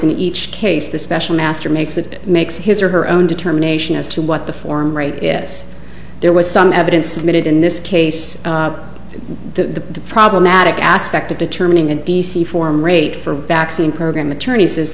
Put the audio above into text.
in each case the special master makes that makes his or her own determination as to what the form rate is there was some evidence submitted in this case the problematic aspect of determining a d c form rate for vaccine program attorney